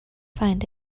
find